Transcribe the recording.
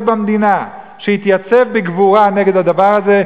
במדינה שהתייצב בגבורה נגד הדבר הזה,